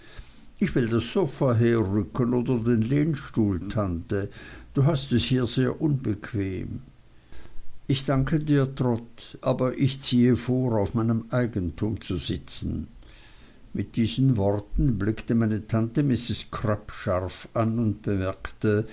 ich will das sofa herrücken oder den lehnstuhl tante du hast es hier sehr unbequem ich danke dir trot aber ich ziehe vor auf meinem eigentum zu sitzen mit diesen worten blickte meine tante mrs crupp scharf an und bemerkte